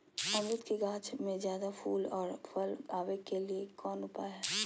अमरूद के गाछ में ज्यादा फुल और फल आबे के लिए कौन उपाय है?